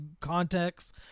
context